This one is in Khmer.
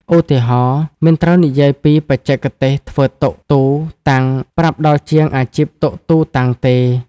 ឧទាហរណ៍ មិនត្រូវនិយាយពីបច្ចេកទេសធ្វើតុ ទូ តាំង ប្រាប់ដល់ជាងអាជីពតុ ទូ តាំងទេ ។